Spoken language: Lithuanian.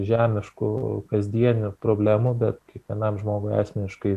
žemiškų kasdienių problemų bet kiekvienam žmogui asmeniškai